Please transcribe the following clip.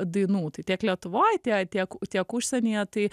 dainų tai tiek lietuvoj tie tiek tiek užsienyje tai